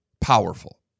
Powerful